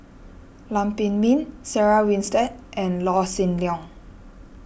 Lam Pin Min Sarah Winstedt and Law Shin Leong